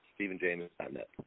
stephenjames.net